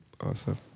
awesome